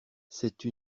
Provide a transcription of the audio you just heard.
cette